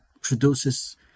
produces